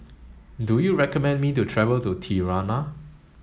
do you recommend me to travel to Tirana